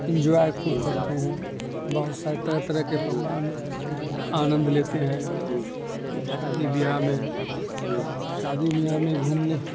enjoy خوب کرتے ہیں بہت سارے طرح طرح کے پکوان کا آنند لیتے ہیں شادی بیاہ میں شادی بیاہ میں گھومنے